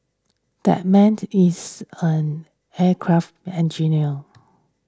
that man it is an aircraft engineer